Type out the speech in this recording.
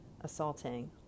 assaulting